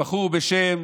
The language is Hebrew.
בחור בשם